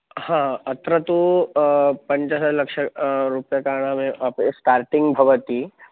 हा अत्र तु पञ्चलक्ष रूप्यकाणामेव अपि स्टार्टिङ्ग् भवति